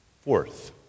Fourth